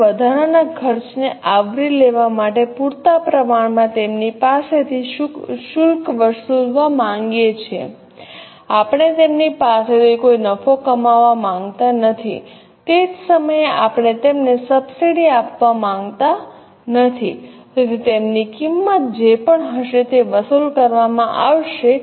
આપણે વધારાના ખર્ચને આવરી લેવા માટે પૂરતા પ્રમાણમાં તેમની પાસેથી શુલ્ક વસૂલવા માંગીએ છીએ આપણે તેમની પાસેથી કોઈ નફો કમાવવા માંગતા નથીતે જ સમયે આપણે તેમને સબસિડી આપવા માંગતા નથી તેથી તેમની કિંમત જે પણ હશે તે વસૂલ કરવામાં આવશે